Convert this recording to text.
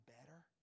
better